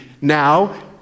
Now